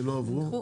לא עברו.